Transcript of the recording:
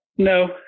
No